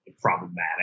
problematic